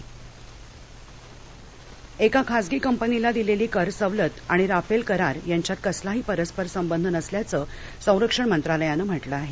Rafale एका खाजगी कंपनीला दिलेली करसवलत आणि राफेल करार यांच्यात कसलाही परस्परसंबंध नसल्याचं संरक्षण मंत्रालयानं म्हटलं आहे